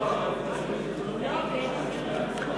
אי-אמון בממשלה לא נתקבלה.